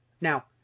now